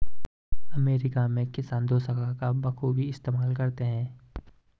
America में किसान दोशाखा का बखूबी इस्तेमाल करते हैं